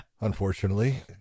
unfortunately